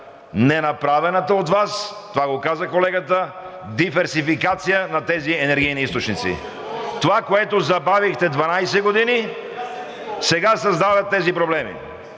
Ненаправената от Вас, това го каза колегата, диверсификация на тези енергийни източници. Това, което забавихте 12 години, сега създава тези проблеми.